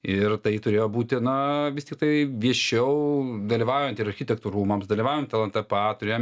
ir tai turėjo būti na vis tiktai viešiau dalyvaujant ir architektų rūmams dalyvaujant lntpa turėjom